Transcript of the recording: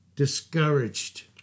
discouraged